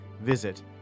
Visit